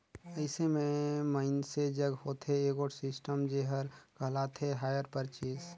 अइसे में मइनसे जग होथे एगोट सिस्टम जेहर कहलाथे हायर परचेस